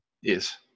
Yes